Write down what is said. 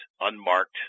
unmarked